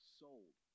sold